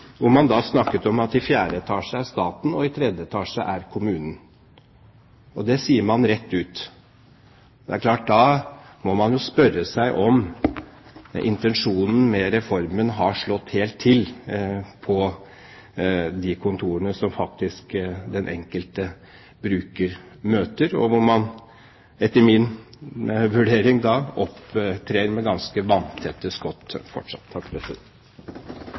hvor man snakket om at i fjerde etasje er staten og i tredje etasje er kommunen. Det sier man rett ut! Det er klart at da må man spørre seg om intensjonen med reformen har slått helt til på de kontorene som den enkelte bruker møter, og hvor man etter min vurdering opptrer med ganske vanntette skott fortsatt.